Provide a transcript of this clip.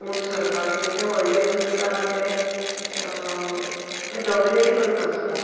उंच सरपाक कितें तें व्हडलें बिजनस आहा ते ते डॉमिनेट करून आसता